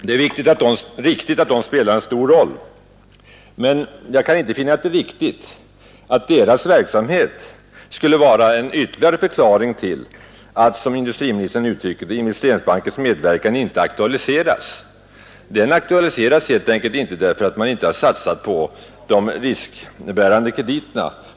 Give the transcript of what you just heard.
Det är riktigt att de spelar en stor roll, men jag kan inte finna att deras verksamhet skulle vara en ytterligare förklaring till att — såsom industriministern uttrycker det — Investeringsbankens medverkan inte aktualiseras. Den aktualiseras inte helt enkelt därför att man inte satsat några riskbärande krediter på småföretagen.